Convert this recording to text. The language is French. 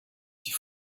aussi